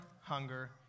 hunger